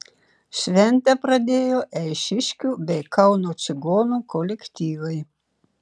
šventę pradėjo eišiškių bei kauno čigonų kolektyvai